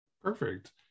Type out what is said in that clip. Perfect